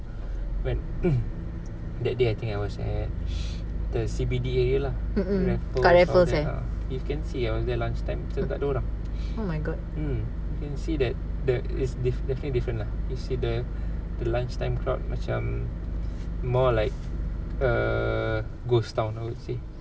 mm mm kat raffles leh oh my god